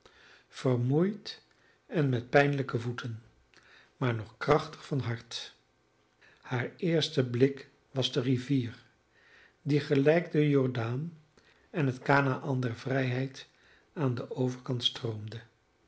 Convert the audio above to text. vermoeid en met pijnlijke voeten maar nog krachtig van hart haar eerste blik was de rivier die gelijk de jordaan en het kanaän der vrijheid aan den overkant stroomde